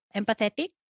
empathetic